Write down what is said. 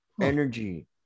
energy